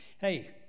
hey